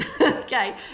okay